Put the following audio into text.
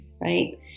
right